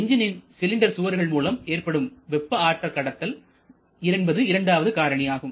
என்ஜினின் cylinder சுவர்கள் மூலம் ஏற்படும் வெப்ப ஆற்றல் கடத்தல் என்பது இரண்டாவது காரணி ஆகும்